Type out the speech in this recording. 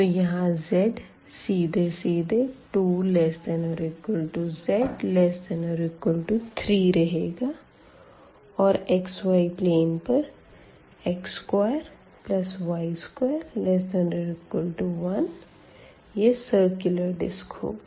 तो यहाँ z सीधे सीधे 2≤z≤3रहेगा और xy प्लेन पर x2y2≤1यह सिरकुलर डिस्क होगी